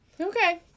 Okay